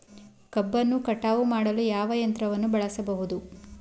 ಕಬ್ಬನ್ನು ಕಟಾವು ಮಾಡಲು ಯಾವ ಯಂತ್ರವನ್ನು ಬಳಸಬಹುದು?